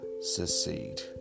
succeed